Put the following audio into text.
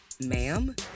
Ma'am